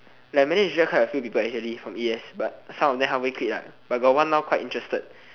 like manage to join quite a few people actually from e_s but some of them halfway quit lah but got one now quite interested